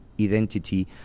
identity